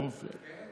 לא מפריע לי.